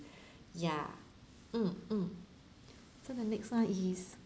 ya mm mm so the next one is